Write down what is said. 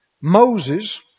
Moses